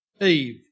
Eve